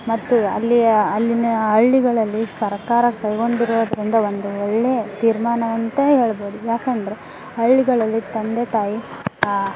ಮತ್ತು ಅಲ್ಲಿಯ ಅಲ್ಲಿನ ಹಳ್ಳಿಗಳಲ್ಲಿ ಸರ್ಕಾರ ಕೈಗೊಂಡಿರೋದರಿಂದ ಒಂದು ಒಳ್ಳೆಯ ತೀರ್ಮಾನವಂತೇ ಹೇಳ್ಬೋದು ಯಾಕಂದರೆ ಹಳ್ಳಿಗಳಲ್ಲಿ ತಂದೆ ತಾಯಿ